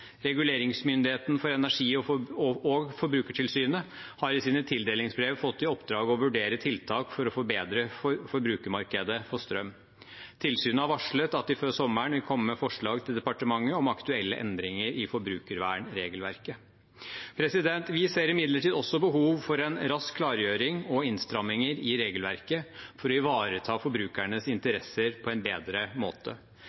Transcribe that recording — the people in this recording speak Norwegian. Reguleringsmyndigheten for energi og Forbrukertilsynet har i sine tildelingsbrev fått i oppdrag å vurdere tiltak for å forbedre forbrukermarkedet for strøm. Tilsynet har varslet at de før sommeren vil komme med forslag til departementet om aktuelle endringer i forbrukervernregelverket. Vi ser imidlertid også behov for en rask klargjøring og innstramminger i regelverket for å ivareta forbrukernes